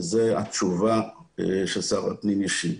וזו התשובה ששר הפנים השיב,